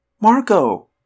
Marco